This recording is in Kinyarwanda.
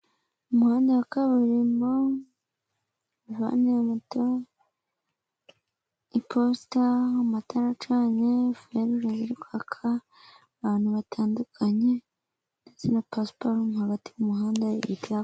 Umuhanda wa kaburimbo, vani ya moto, iposita, amatara acanye, feruje iri kwaka, abantu batandukanye ndetse na pasiparumu hagati mu muhanda.